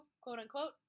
quote-unquote